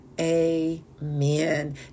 Amen